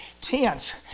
tense